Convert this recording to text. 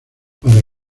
para